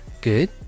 Good